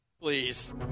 please